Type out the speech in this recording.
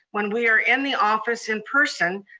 when we are in the office in person,